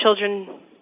children